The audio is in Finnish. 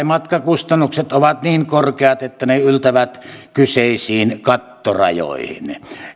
matkakustannukset ovat niin korkeat että ne yltävät kyseisiin kattorajoihin